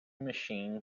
machine